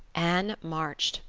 anne marched.